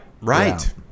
Right